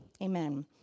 Amen